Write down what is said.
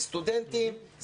זה הסטודנטים,